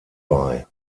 bei